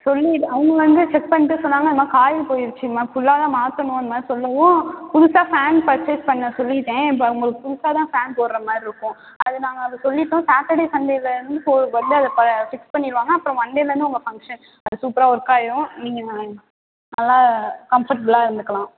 சொல்லிட்டு அவங்க வந்து செக் பண்ணிட்டு சொன்னாங்க இது மாதிரி காயில் போயிடுச்சிங்க மேம் ஃபுல்லாக தான் மாற்றணும் இது மாதிரி சொல்லவும் புதுசாக ஃபேன் பர்ச்சேஸ் பண்ண சொல்லிவிட்டேன் இப்போ உங்களுக்கு புதுசாக தான் ஃபேன் போடுற மாதிரி இருக்கும் அதை நாங்கள் அது சொல்லிவிட்டோம் சாட்டர்டே சண்டேயில் வந்து போ வந்து அதை ப ஃபிக்ஸ் பண்ணிடுவாங்க அப்புறம் மண்டேலேருந்து உங்கள் ஃபங்க்ஷன் அது சூப்பராக ஒர்க் ஆகிரும் நீங்கள் நல்லா கம்ஃபர்ட்டபுளாக இருந்துக்கலாம்